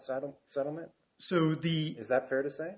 settle settlement so the is that fair to say